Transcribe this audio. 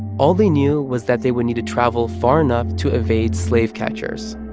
all they knew was that they would need to travel far enough to evade slave catchers.